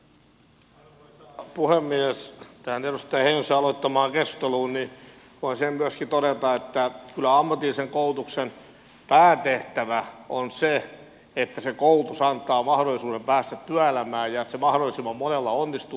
tähän edustaja heinosen aloittamaan keskusteluun voin sen myöskin todeta että kyllä ammatillisen koulutuksen päätehtävä on se että se koulutus antaa mahdollisuuden päästä työelämään ja että se mahdollisimman monella onnistuu